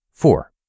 Four